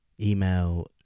email